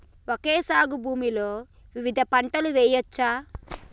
Okay సాగు భూమిలో వివిధ పంటలు వెయ్యచ్చా?